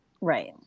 right